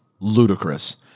ludicrous